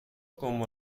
como